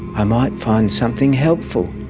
i might find something helpful.